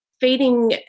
feeding